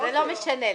זה לא משנה להם.